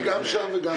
אני הייתי גם שם וגם שם.